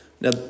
Now